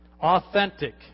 Authentic